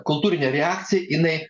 kultūrinė reakcija jinai